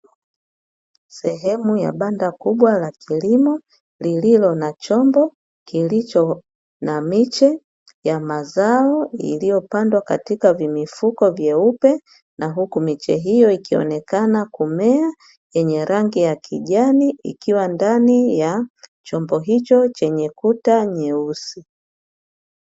Sehemu ya banda kubwa la kilimo, lenye chombo kilichopandwa miche ya mazao iliyopandwa kwenye vifuko vya rangi nyeupe. Huku miche hiyo ikionekana kumea, yenye rangi ya kijani ikiwa ndani ya chombo hicho chenye kuta nyeusi.